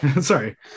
Sorry